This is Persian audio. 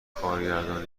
کارگردان